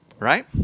Right